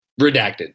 redacted